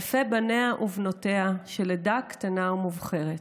אלפי בניה של עדה קטנה ומובחרת,